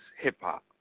hip-hop